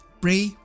pray